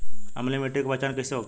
अम्लीय मिट्टी के पहचान कइसे होखे?